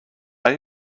are